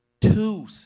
two